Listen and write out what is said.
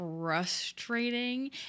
frustrating